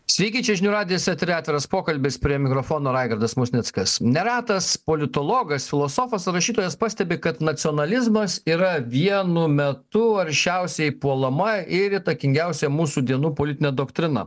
sveiki čia žinių radijas eteryje atviras pokalbis prie mikrofono raigardas musnickas neretas politologas filosofas ar rašytojas pastebi kad nacionalizmas yra vienu metu aršiausiai puolama ir įtakingiausia mūsų dienų politinė doktrina